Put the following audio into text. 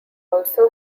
also